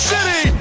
City